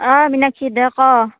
অঁ মিনাক্ষী দে ক